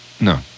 No